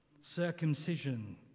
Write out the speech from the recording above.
circumcision